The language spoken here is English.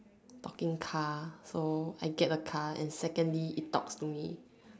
talking car so I get a car and secondly it talks to me